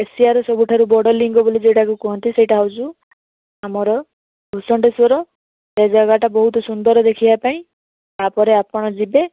ଏସିଆର ସବୁଠାରୁ ବଡ଼ ଲିଙ୍ଗ ବୋଲି ଯେଉଁଟାକୁ କୁହନ୍ତି ସେଇଟା ହେଉଛି ଆମର ଭୁଷୁଣ୍ଡେଶ୍ଵର ଏ ଜାଗାଟା ବହୁତ ସୁନ୍ଦର ଦେଖିବାପାଇଁ ଆପରେ ଆପଣ ଯିବେ